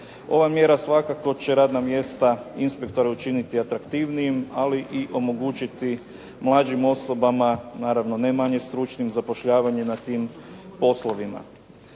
Ova mjera svakako će radna mjesta inspektora učiniti atraktivnijim, ali i omogućiti mlađim osobama naravno ne manje stručnim zapošljavanje na tim poslovima.